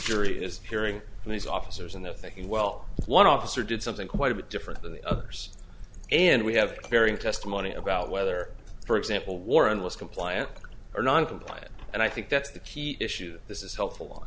jury is hearing from these officers and they're thinking well one officer did something quite a bit different than the others and we have varying testimony about whether for example warren was compliant or noncompliant and i think that's the key issue that this is helpful